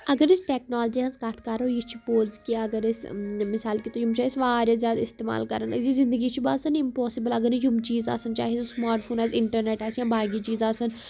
اگر أسۍ ٹیٚکنالجی ہِنٛز کَتھ کَرو یہِ چھِ پوٚز کہِ اگر أسۍ مِثال کے طور یِم چھِ اَسہِ واریاہ زیادٕ اِستعمال کَران أزِچ زندگی چھِ باسان اِمپاسِبٕل اگر نٔے یِم چیٖز آسَن چاہے سُہ سُماٹ فون آسہِ اِنٹَرنیٚٹ آسہِ یا باقٕے چیٖز آسَن